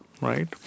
right